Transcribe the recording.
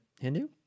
hindu